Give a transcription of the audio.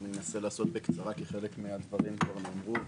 אני אנסה לדבר בקצרה כי חלק מהדברים כבר נאמרו,